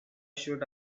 should